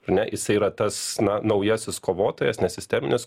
ne jisai yra tas na naujasis kovotojas ne sisteminis